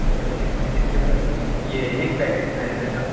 six B کی صرف وہ یہ ایک پیکٹ پینسل کا